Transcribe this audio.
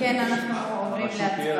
אם כן, אנחנו עוברים להצבעה.